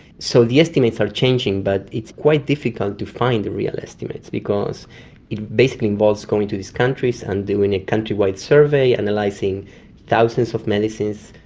so the estimates are changing, but it's quite difficult to find the real estimates because it basically involves going to these countries and doing a countrywide survey analysing thousands of medicines.